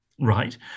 Right